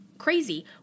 Crazy